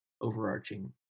overarching